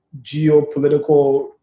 geopolitical